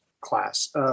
class